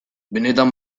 benetan